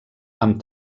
amb